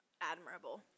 admirable